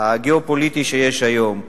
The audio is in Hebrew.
הגיאו-פוליטי שיש היום,